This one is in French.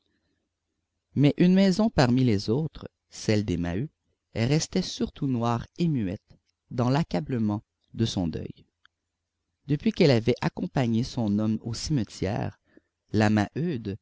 mais une maison parmi les autres celle des maheu restait surtout noire et muette dans l'accablement de son deuil depuis qu'elle avait accompagné son homme au cimetière la